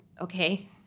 Okay